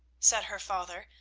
said her father,